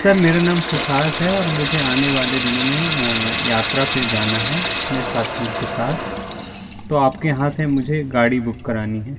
sir मेरा नाम सुभाष है और मुझे आने वाले दिनों में यात्रा पे जाना हैं अपने साथियों के साथ तो आपके यहाँ से मुझे गाड़ी बुक करानी हैं